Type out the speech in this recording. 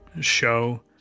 show